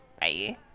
Bye